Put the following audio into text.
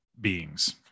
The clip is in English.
beings